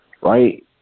right